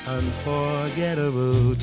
unforgettable